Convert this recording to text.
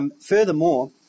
Furthermore